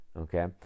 Okay